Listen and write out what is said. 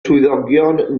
swyddogion